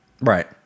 Right